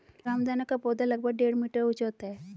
रामदाना का पौधा लगभग डेढ़ मीटर ऊंचा होता है